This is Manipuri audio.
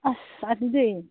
ꯑꯁ ꯑꯗꯨꯗꯤ